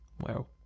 wow